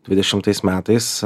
dvidešimtais metais